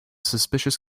suspicious